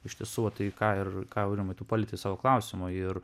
iš tiesų tai ką ir ką aurimai tu palietai savo klausimo ir